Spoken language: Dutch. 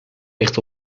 ligt